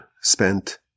spent